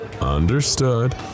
Understood